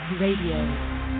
Radio